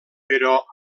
però